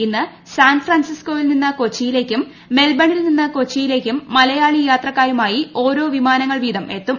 ഇന്ന് സാൻഫ്രാൻസിസ്കോയിൽ നിന്ന് കൊച്ചിയിലേക്കും മെൽബണിൽ നിന്ന് കൊച്ചിയിലേയ്ക്കും മലയാളി യാത്രക്കാരുമായി ഓരോ വിമാനങ്ങൾ വീതം എത്തും